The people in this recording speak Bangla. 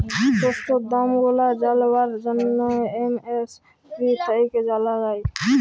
শস্যের দাম গুলা জালবার জ্যনহে এম.এস.পি থ্যাইকে জালা যায়